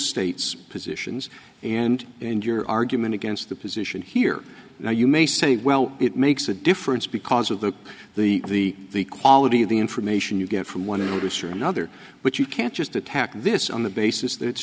states positions and and your argument against the position here now you may say well it makes a difference because of the the the quality of the information you get from one researcher another but you can't just attack this on the basis